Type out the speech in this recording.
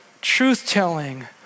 truth-telling